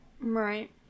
Right